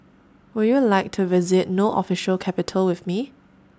Would YOU like to visit No Official Capital with Me